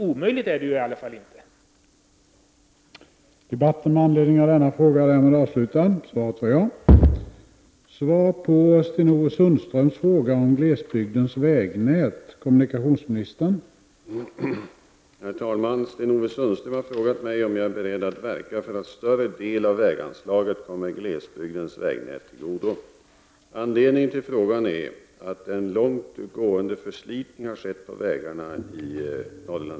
Det är i alla fall inte omöjligt.